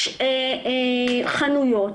יש חנויות